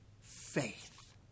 faith